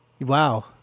Wow